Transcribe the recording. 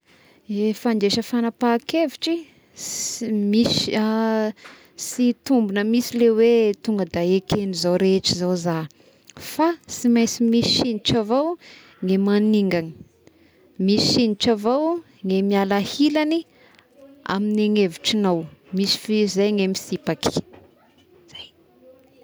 Eh fandraisa fanampahakevitry sy-misy sy itombigna mihisy ilay hoe tonga da ekegn'izao rehetra izao za, fa sy mainsy indrotra avao ny maningagna, misy indrotra avao ny miala hilagny amigny ny hevitrignao, misy fehizay ny misipaky, zay.